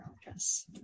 address